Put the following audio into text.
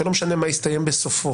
ולא משנה מה הסתיים בסופו,